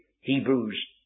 Hebrews